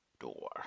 door